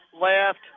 left